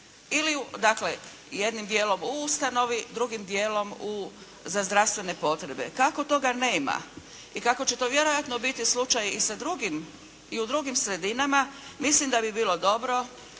dakle jednim dijelom u ustanovi, drugim dijelom za zdravstvene potrebe. Kako toga nema i kako će to vjerojatno biti slučaj i u drugim sredinama mislim da bi bilo dobro